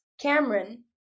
Cameron